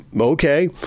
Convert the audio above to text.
Okay